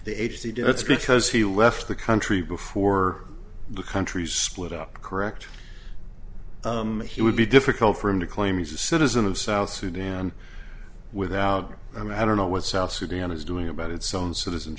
the age he did that's because he left the country before the country split up correct he would be difficult for him to claim he's a citizen of south sudan without i mean i don't know what south sudan is doing about its own citizens